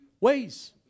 Ways